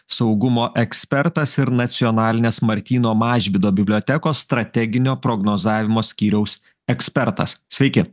saugumo ekspertas ir nacionalinės martyno mažvydo bibliotekos strateginio prognozavimo skyriaus ekspertas sveiki